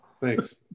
Thanks